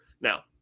now